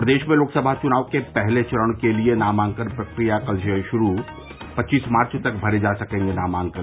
प्रदेश में लोकसभा चुनाव के पहले चरण के लिए नामांकन प्रक्रिया कल से शुरू पच्चीस मार्च तक भरे जा सकेंगे नामांकन